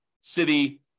city